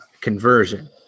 conversion